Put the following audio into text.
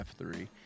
F3